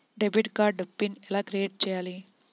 Debit card pin ఎలా create చెయ్యాలి?